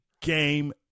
Game